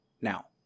Now